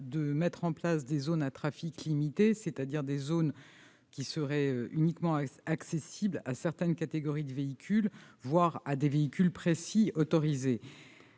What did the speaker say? : mettre en place des zones à trafic limité, c'est-à-dire des zones qui seraient uniquement accessibles à certaines catégories de véhicules, voire à des véhicules précis, autorisés.